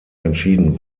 entschieden